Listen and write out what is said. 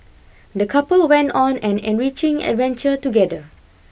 the couple went on an enriching adventure together